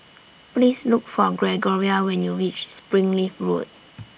Please Look For Gregoria when YOU REACH Springleaf Road